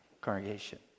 congregation